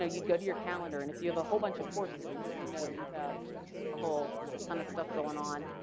ah you'd go to your calendar and if you have a whole bunch of courses, you know you have a whole ton of stuff going on.